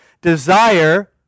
desire